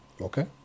Okay